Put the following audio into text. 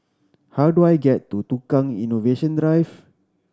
how do I get to Tukang Innovation Drive